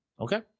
Okay